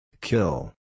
Kill